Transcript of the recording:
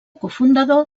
cofundador